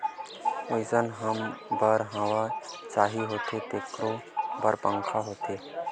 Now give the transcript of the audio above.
ओसाए बर हवा चाही होथे तेखरो बर पंखा होथे